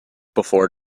before